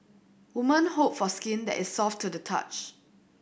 woman hope for skin that is soft to the touch